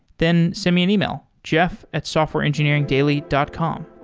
then send me an e-mail, jeff at softwareengineeringdaily dot com